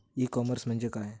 E commerce म्हणजे काय असा?